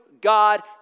God